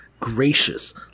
gracious